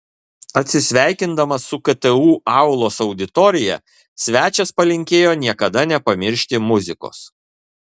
atsisveikindamas su ktu aulos auditorija svečias palinkėjo niekada nepamiršti muzikos